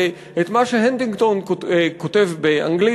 ואת מה שהנטינגטון כותב באנגלית,